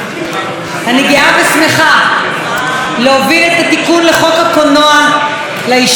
אני גאה ושמחה להוביל את התיקון לחוק הקולנוע לישורת האחרונה,